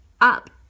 up